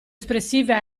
espressiva